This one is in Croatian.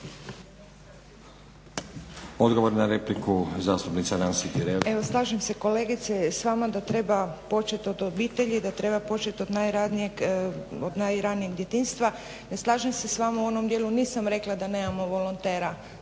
laburisti - Stranka rada)** Evo slažem se kolegice s vama da treba počet od obitelji, da treba počet od najranijeg djetinjstva. Ne slažem se s vama u onom dijelu, nisam rekla da nemamo volontera